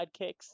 sidekicks